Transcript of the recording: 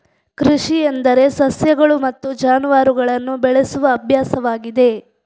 ಕೃಷಿ ಎಂದರೆ ಸಸ್ಯಗಳು ಮತ್ತು ಜಾನುವಾರುಗಳನ್ನು ಬೆಳೆಸುವ ಅಭ್ಯಾಸವಾಗಿದೆ